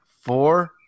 Four